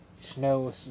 snow